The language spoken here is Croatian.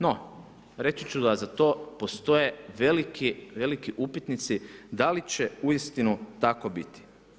No, reći ću da za to postoje veliki upitnici da li će uistinu tako biti.